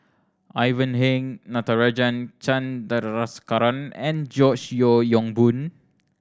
Ivan Heng Natarajan Chandrasekaran and George Yeo Yong Boon